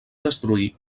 destruir